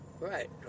Right